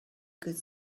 could